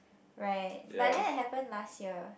right but that happen last year